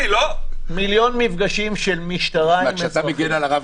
מיליון מפגשים של משטרה עם אזרחים.